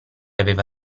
aveva